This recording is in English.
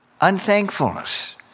unthankfulness